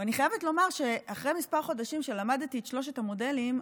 אני חייבת לומר שאחרי כמה חודשים שלמדתי את שלושת המודלים,